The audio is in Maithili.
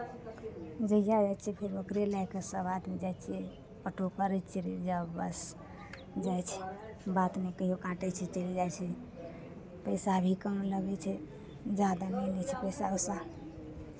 जहिया जाइ छियै फेर ओकरे लए कऽ सभ आदमी जाइ छियै ऑटो करै छियै रिजब बस जाइ छियै बात नहि कहियो काटै छै चलि जाइ छै पैसा भी कहाँ लगै छै ज्यादा नहि लै छै पैसा उसा